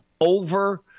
over